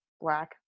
black